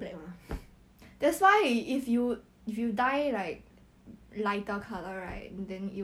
pink purple blue then she don't like